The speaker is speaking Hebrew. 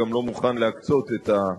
אמורים להיות מתורגמים על-ידי משרדים אחרים.